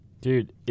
Dude